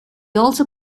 also